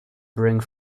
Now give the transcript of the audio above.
bring